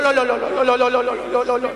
לא לא לא לא לא לא.